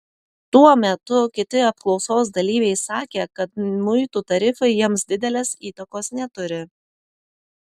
tuo metu kiti apklausos dalyviai sakė kad muitų tarifai jiems didelės įtakos neturi